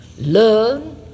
learn